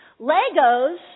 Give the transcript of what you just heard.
Legos